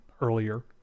earlier